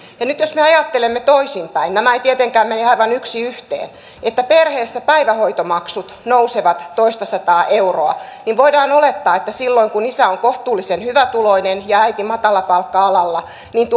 ja nyt jos me ajattelemme toisinpäin nämä eivät tietenkään mene aivan yksi yhteen että perheessä päivähoitomaksut nousevat toistasataa euroa niin voidaan olettaa että silloin kun isä on kohtuullisen hyvätuloinen ja äiti matalapalkka alalla